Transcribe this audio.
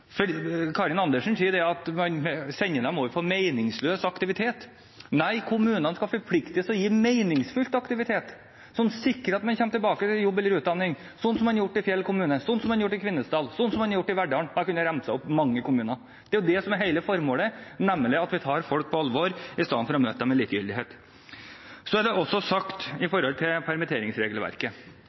bruker. Karin Andersen sier at man sender dem over på meningsløs aktivitet. Nei, kommunene skal forplikte seg til å gi meningsfylt aktivitet, som sikrer at man kommer tilbake til jobb eller utdanning, slik som man har gjort i Fjell kommune, slik som man har gjort i Kvinesdal, slik som man har gjort i Verdalen – og jeg kunne ha ramset opp mange kommuner. Det er det som er hele formålet, nemlig at vi tar folk på alvor istedenfor å møte dem med likegyldighet. Så til permitteringsregelverket.